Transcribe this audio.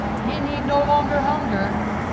he need no longer hunger.